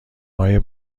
های